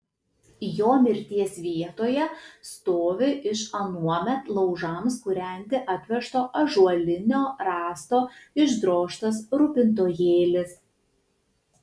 jo mirties vietoje stovi iš anuomet laužams kūrenti atvežto ąžuolinio rąsto išdrožtas rūpintojėlis